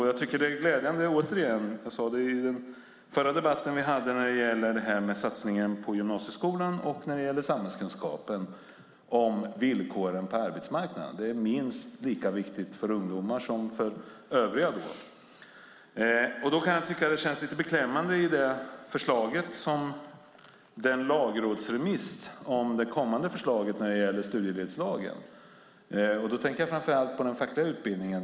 Jag tycker att det är glädjande, återigen - jag sade det i den förra debatten vi hade när det gällde satsningen på gymnasieskolan och samhällskunskapen om villkoren på arbetsmarknaden. Det är minst lika viktigt för ungdomar som för övriga. Då kan jag tycka att det känns lite beklämmande med förslaget i lagrådsremissen om det kommande förslaget när det gäller studiemedelslagen. Jag tänker framför allt på den fackliga utbildningen.